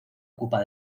ocupa